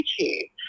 YouTube